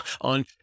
on